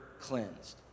cleansed